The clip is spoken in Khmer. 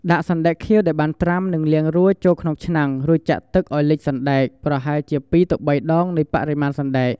ដាក់ សណ្ដែកខៀវ ដែលបានត្រាំ និងលាងរួចចូលក្នុងឆ្នាំង រួចចាក់ទឹកឱ្យលិចសណ្ដែក ដែលប្រហែលជា ២-៣ ដងនៃបរិមាណសណ្ដែក។